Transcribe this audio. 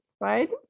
right